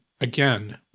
Again